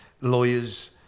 lawyers